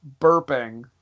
burping